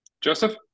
Joseph